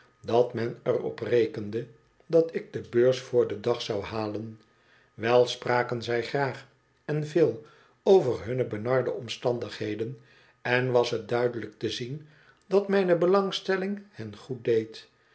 dat men er op rekende dat ik de beurs voor den dag zou halen wel spraken zij graag en veel over hunne benarde omstandigheden en was het duidelijk te zien dat mijne belangstelling hen goed deed